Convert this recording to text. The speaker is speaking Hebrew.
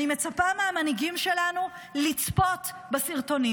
אני מצפה מהמנהיגים שלנו לצפות בסרטונים